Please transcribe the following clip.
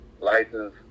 License